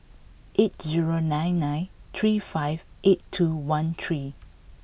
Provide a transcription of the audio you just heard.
eight zero nine nine three five eight two one three